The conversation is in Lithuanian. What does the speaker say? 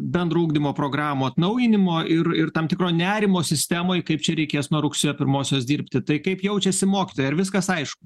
bendro ugdymo programų atnaujinimo ir ir tam tikro nerimo sistemoj kaip čia reikės nuo rugsėjo pirmosios dirbti tai kaip jaučiasi mokytojai ar viskas aišku